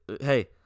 hey